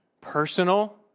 personal